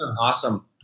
Awesome